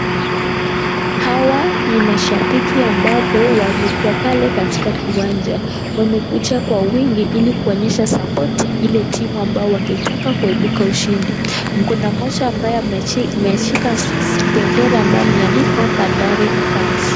Hawa ni washambikia ambapo walikuwa pale katika kiwanja, wamekuja kwa wingi ili kuonyesha sapoti kwa ile timu wangetaka waibuke ushindi, kuna mmoja ambaye ameshika bendera ambayo imeadikwa bandari fans.